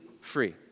free